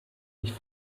nicht